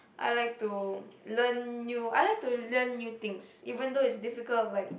I like to learn new I like to learn new things even though it's difficult like